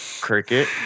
Cricket